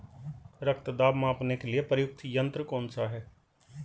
रक्त दाब मापने के लिए प्रयुक्त यंत्र कौन सा है?